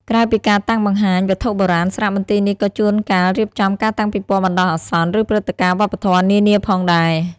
ក្រៅពីការតាំងបង្ហាញវត្ថុបុរាណ សារមន្ទីរនេះក៏ជួនកាលរៀបចំការតាំងពិពណ៌បណ្តោះអាសន្ន ឬព្រឹត្តិការណ៍វប្បធម៌នានាផងដែរ។